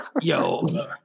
yo